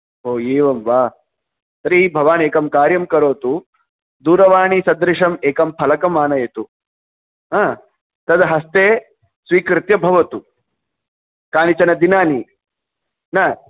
ओ एवं वा तर्हि भवान् एकं कार्यं करोतु दूरवाणीसदृशम् एकं फलकम् आनयतु आ तद् हस्ते स्वीकृत्य भवतु कानिचन दिनानि न